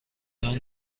کورن